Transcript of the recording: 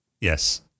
Yes